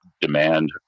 demand